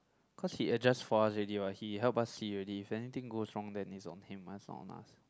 cause he adjust for us already what he help us see already if anything goes wrong then it's on him ah not on us